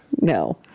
no